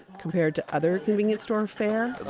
compared to other convenience store fare